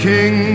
King